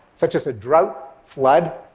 such as a drought, flood,